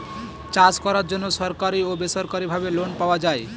চাষ করার জন্য সরকারি ও বেসরকারি ভাবে লোন পাওয়া যায়